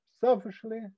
selfishly